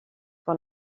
pour